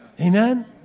Amen